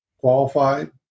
qualified